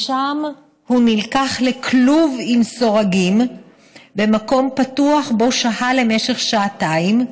משם הוא נלקח לכלוב עם סורגים במקום פתוח שבו שהה למשך שעתיים,